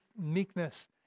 meekness